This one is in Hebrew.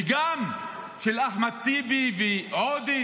וגם של אחמד טיבי ועוד.